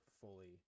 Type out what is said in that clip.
fully